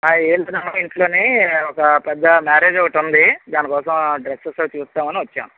ఆ ఏంటి మా ఇంట్లోని ఒక పెద్ద మ్యారేజ్ ఒకటుంది దానికోసం డ్రెస్సెస్ అవి చూద్దామనోచ్చాము